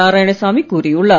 நாராயணசாமி கூறியுள்ளார்